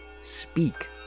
speak